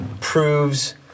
proves